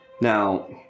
Now